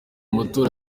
matora